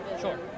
Sure